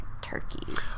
turkeys